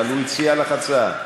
אבל הוא הציע לך הצעה.